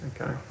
okay